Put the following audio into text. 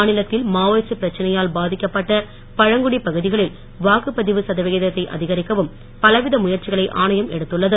மாநிலத்தில் மாவோயிஸ்ட் பிரச்சனையால் பாதிக்கப்பட்ட பழங்குடி பகுதிகளில் வாக்குப்பதிவு ச தவிகிதத்தை அதிகரிக்கவும் பலவித முயற்சிகளை ஆணையம் எடுத்துள்ளது